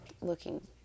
looking